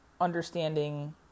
understanding